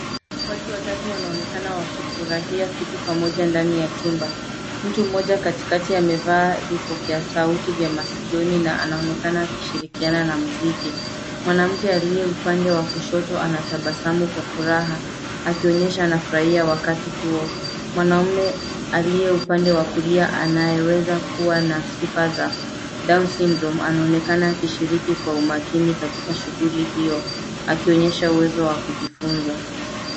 Watu watatu wanaonekana wakifurahia kitu ndani ya chumba, mtu mmoja katikati amevaa vipokea sauti vya masikioni na anaonekana akishirikiana na muziki, mwanamke aliye upande wakushoto anatabasamu kwa furaha akionyesha anafurahia wakati huo. Mwanaume aliye upande wa kulia anayeweza kuwa na sifa za Down Syndrome(cs) anaonekana akishirika kwa umakini katika shughuli hiyo akionyesha uwezo wa kujifunza.